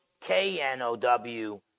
K-N-O-W